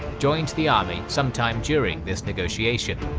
joined the army sometime during this negotiation.